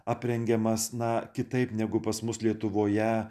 aprengiamas na kitaip negu pas mus lietuvoje